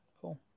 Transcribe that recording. cool